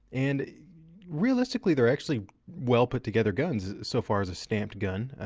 and realistically, they're actually well put together guns so far as a stamped gun.